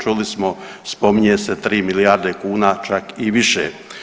Čuli smo spominje se 3 milijarde kuna čak i više.